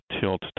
tilt